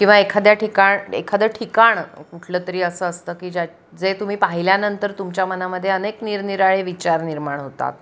किंवा एखाद्या ठिकाण एखादं ठिकाण कुठलं तरी असं असतं की ज्या जे तुम्ही पाहिल्यानंतर तुमच्या मनामध्ये अनेक निरनिराळे विचार निर्माण होतात